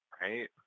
right